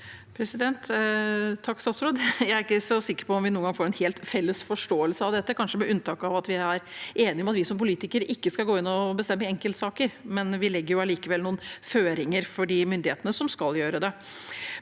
Jeg er ikke så sikker på om vi noen gang får en helt felles forståelse av dette, kanskje med unntak av at vi er enige om at vi som politikere ikke skal gå inn og bestemme i enkeltsaker, men vi legger likevel noen føringer for de myndighetene som skal gjøre det.